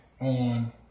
on